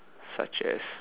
such as